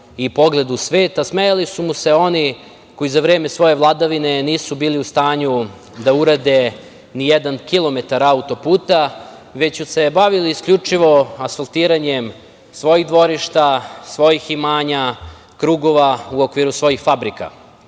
i pogled u svet, a smejali su mu se oni koji za vreme svoje vladavine nisu bili u stanju da urade ni jedan kilometar autoputa, već su se bavili isključivo asfaltiranjem svojih dvorišta, svojih imanja, krugova u okviru svojih